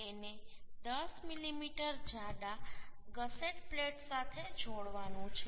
તેને 10 મીમી જાડા ગસેટ પ્લેટ સાથે જોડવાનું છે